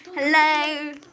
Hello